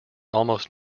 almost